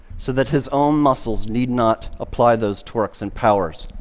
so that his own muscles need not apply those torques and powers.